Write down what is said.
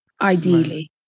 Ideally